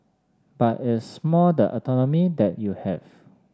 but it's more the autonomy that you have